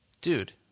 Dude